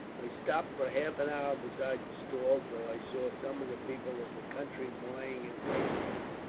i stopped for half an hour beside the stall, till i saw some of the people of the country buying and ating them.